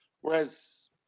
Whereas